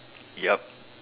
yup